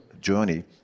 journey